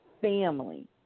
family